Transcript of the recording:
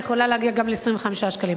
יכולה להגיע גם ל-25 שקלים.